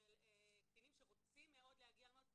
של קטינים שרוצים מאוד להגיע למעונות.